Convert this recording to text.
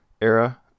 era